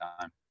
time